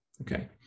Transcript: Okay